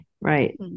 Right